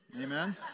Amen